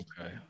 Okay